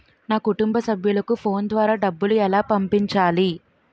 నా కుటుంబ సభ్యులకు ఫోన్ ద్వారా డబ్బులు ఎలా పంపించాలి?